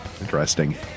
Interesting